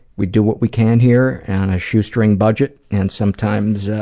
we do what we can here on a shoestring budget and sometimes. yeah